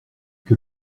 que